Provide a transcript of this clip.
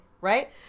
right